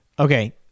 Okay